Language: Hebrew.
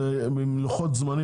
זה עם לוחות זמנים,